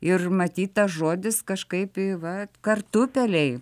ir matyt tas žodis kažkaip i va kartupeliai